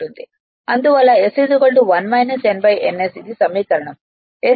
అందువల్ల s 1 n ns ఇది సమీకరణం 5